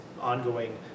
ongoing